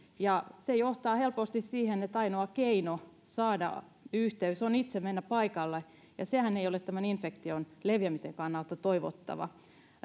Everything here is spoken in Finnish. ja se johtaa helposti siihen että ainoa keino saada yhteys on itse mennä paikalle sehän ei ole tämän infektion leviämisen kannalta toivottava